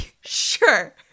Sure